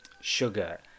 sugar